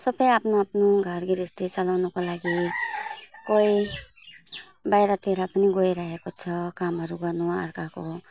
सबै आफ्नो आफ्नो घर गृहस्थी चलाउनुको लागि कोही बाहिरतिर पनि गइरहेको छ कामहरू गर्नु अर्काको